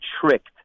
tricked